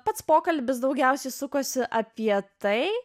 pats pokalbis daugiausiai sukosi apie tai